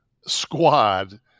squad